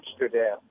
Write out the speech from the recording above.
Amsterdam